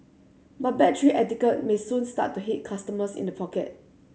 but bad tray etiquette may soon start to hit customers in the pocket